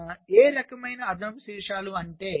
కాబట్టి ఏ రకమైన 4 అదనపు శీర్షాలు అంటే